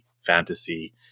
fantasy